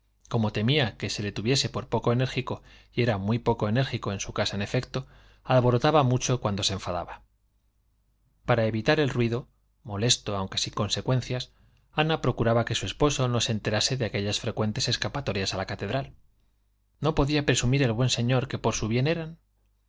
como temía que se le tuviese por poco enérgico y era muy poco enérgico en su casa en efecto alborotaba mucho cuando se enfadaba para evitar el ruido molesto aunque sin consecuencias ana procuraba que su esposo no se enterase de aquellas frecuentes escapatorias a la catedral no podía presumir el buen señor que por su bien eran